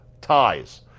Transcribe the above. ties